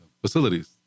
facilities